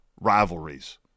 rivalries